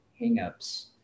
hangups